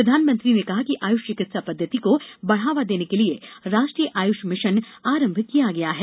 प्रधानमंत्री ने कहा कि आयुष चिकित्सा पद्धति को बढावा देने के लिए राष्ट्रीय आयुष मिशन आरंभ किया गया है